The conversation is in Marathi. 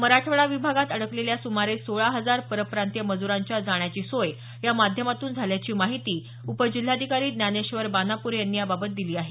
मराठवाडा विभागात अडकलेल्या सुमारे सोळा हजार परप्रांतीय मज़्रांच्या जाण्याची सोय या माध्यमातून झाल्याची माहिती उपजिल्हाधिकारी ज्ञानेश्वर बानापूरे यांनी या बाबत दिली आहे